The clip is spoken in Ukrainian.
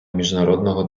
міжнародного